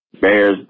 Bears